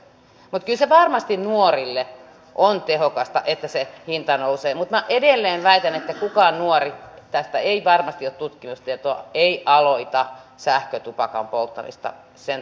kyllä se varmasti nuorille on tehokasta että se hinta nousee mutta minä edelleen väitän että kukaan nuori tästä ei varmasti ole tutkimustietoa ei aloita sähkötupakan polttamista sen takia koska se ei ole vielä coolia